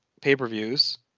pay-per-views